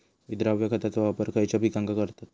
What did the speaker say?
विद्राव्य खताचो वापर खयच्या पिकांका करतत?